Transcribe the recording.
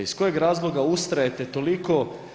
Iz kojeg razloga ustrajete toliko.